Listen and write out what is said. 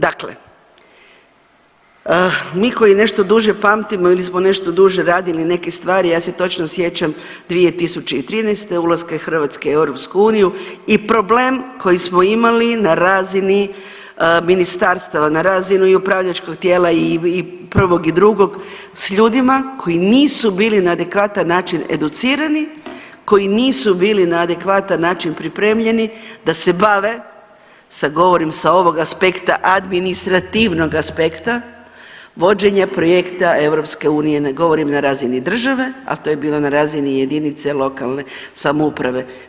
Dakle, mi koji nešto duže pamtimo ili smo nešto duže radili neke stvari, ja se točno sjećam 2013., ulaska Hrvatske u EU i problem koji smo imali na razini ministarstava, na razini i upravljačkog tijela i prvog i drugog s ljudima koji nisu bili na adekvatan način educirani, koji nisu bili na adekvatan način pripremljeni da se bave sa, govorim sa ovog aspekta administrativnog aspekta vođenja projekta EU, ne govorim na razini države, al' to je bilo na jedinice lokalne samouprave.